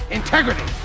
integrity